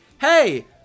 hey